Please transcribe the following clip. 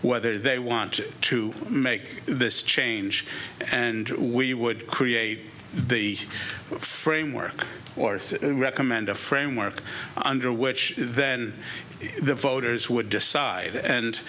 whether they want to make this change and we would create the framework or recommend a framework under which then the voters would decide and